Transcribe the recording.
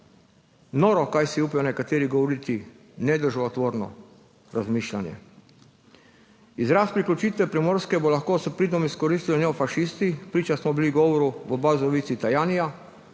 Noro, kaj si upajo nekateri govoriti! Nedržavotvorno razmišljanje! Izraz priključitev Primorske bodo lahko s pridom izkoristili fašisti. Priče smo bili govoru Tajanija